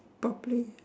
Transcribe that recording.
properly